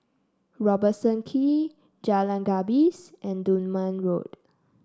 Robertson Quay Jalan Gapis and Dunman Road